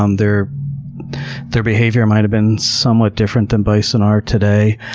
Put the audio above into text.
um their their behavior might have been somewhat different than bison are today.